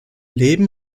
leben